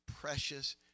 precious